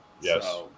yes